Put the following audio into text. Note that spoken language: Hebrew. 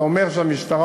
אתה אומר שהמשטרה